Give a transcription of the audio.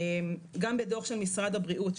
גם בדו"ח של משרד הבריאות,